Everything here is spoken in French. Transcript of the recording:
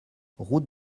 route